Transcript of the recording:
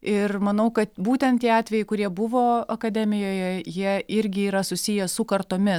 ir manau kad būtent tie atvejai kurie buvo akademijoje jie irgi yra susiję su kartomis